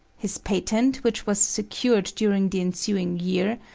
his patent, which was secured during the ensuing year,